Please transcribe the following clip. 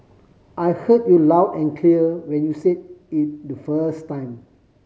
I heard you loud and clear when you said it the first time